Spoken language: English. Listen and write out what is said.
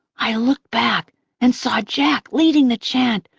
i looked back and saw jack leading the chant,